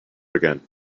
again